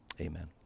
Amen